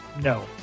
No